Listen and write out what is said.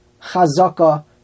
Chazaka